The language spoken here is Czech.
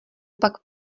pak